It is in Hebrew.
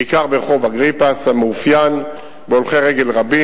בעיקר ברחוב אגריפס המאופיין בהולכי רגל רבים.